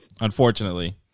Unfortunately